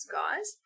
guys